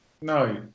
no